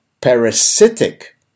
parasitic